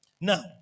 Now